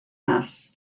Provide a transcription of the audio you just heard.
mass